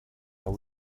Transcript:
are